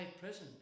prison